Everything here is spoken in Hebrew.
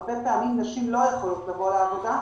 הרבה פעמים נשים לא יכולות לבוא לעבודה,